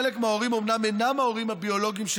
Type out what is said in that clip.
חלק מההורים אומנם אינם ההורים הביולוגיים של